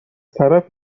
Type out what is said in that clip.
طرف